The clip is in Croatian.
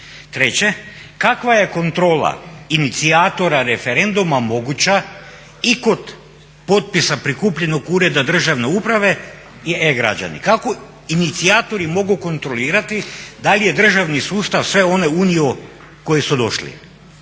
Treće, kakva je kontrola inicijatora referenduma moguća i kod potpisa prikupljenog Ureda državne uprave i e-građani. Kako inicijatori mogu kontrolirati da li je državni sustav sve one unio koji su došli.